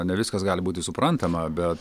ne viskas gali būti suprantama bet